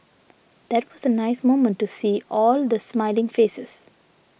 that was a nice moment to see all the smiling faces